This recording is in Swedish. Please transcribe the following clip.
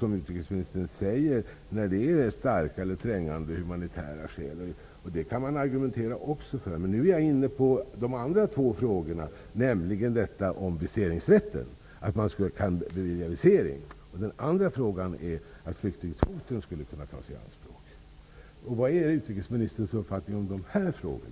kan ges när det föreligger starka eller trängande humanitära skäl. Det kan man argumentera för, men nu är jag inne på de två andra frågorna: möjligheten att bevilja visering och möjligheten att ta flyktingkvoten i anspråk. Vilken är utrikesministerns uppfattning om dessa frågor?